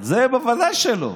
את זה בוודאי שלא.